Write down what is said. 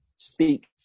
speak